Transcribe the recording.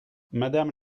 madame